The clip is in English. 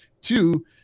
Two